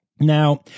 Now